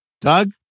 Doug